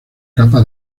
capa